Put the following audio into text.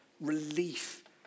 relief